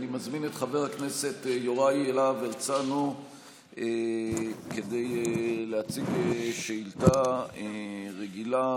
אני מזמין את חבר הכנסת יוראי להב הרצנו כדי להציג שאילתה רגילה,